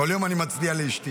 כל יום אני מצדיע לאשתי,